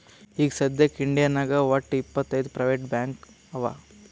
ಈಗ ಸದ್ಯಾಕ್ ಇಂಡಿಯಾನಾಗ್ ವಟ್ಟ್ ಇಪ್ಪತ್ ಪ್ರೈವೇಟ್ ಬ್ಯಾಂಕ್ ಅವಾ